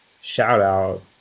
shout-out